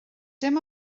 dim